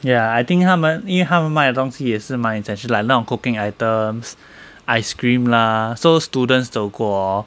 okay lah I think 他们因为他们卖东西也是卖 just like 那种 cooking items ice cream lah so students 走过 hor